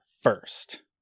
first